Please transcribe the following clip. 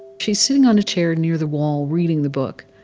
she's sitting on a chair near the wall, reading the book.